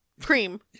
cream